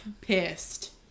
pissed